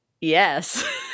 Yes